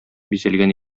бизәлгән